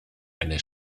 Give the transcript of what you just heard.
eine